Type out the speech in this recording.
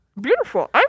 Beautiful